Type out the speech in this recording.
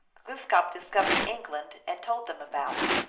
gloos kap discovered england, and told them about it.